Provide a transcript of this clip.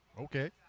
Okay